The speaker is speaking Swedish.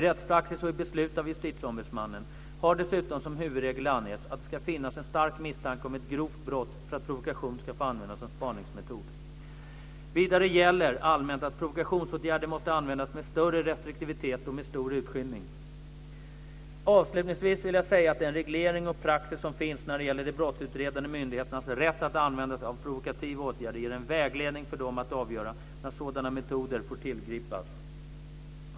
I rättspraxis och i beslut av Justitieombudsmannen har dessutom som huvudregel angetts att det ska finnas en stark misstanke om ett grovt brott för att provokation ska få användas som spaningsmetod. Vidare gäller allmänt att provokationsåtgärder måste användas med största restriktivitet och med stor urskillning. Avslutningsvis vill jag säga att den reglering och praxis som finns när det gäller de brottsutredande myndigheternas rätt att använda sig av provokativa åtgärder ger en vägledning för dem att avgöra när sådana metoder får tillgripas.